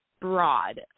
broad